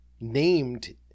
named